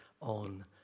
on